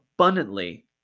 abundantly